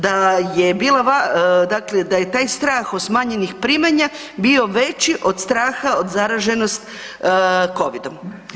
Da je bila .../nerazumljivo/... dakle da je taj strah od smanjenih primanja bio veći od straha od zaraženost Covidom.